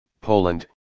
Poland